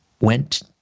went